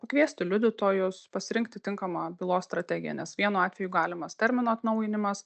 pakviesti liudytojus pasirinkti tinkamą bylos strategiją nes vienu atveju galimas termino atnaujinimas